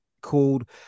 called